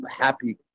happy